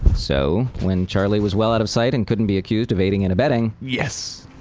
so when charlie was well out of sight and couldn't be accused of aiding and abetting yes!